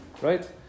right